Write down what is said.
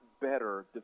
better